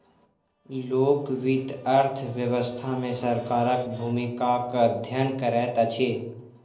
लोक वित्त अर्थ व्यवस्था मे सरकारक भूमिकाक अध्ययन करैत अछि